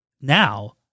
now